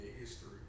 history